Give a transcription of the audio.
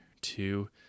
two